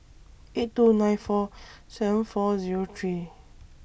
eight two nine four seven four Zero three